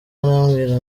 arambwira